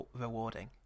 rewarding